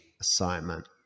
assignment